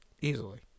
Easily